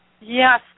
Yes